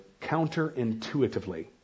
counterintuitively